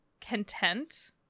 content